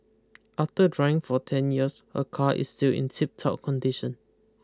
after driving for ten years her car is still in tiptop condition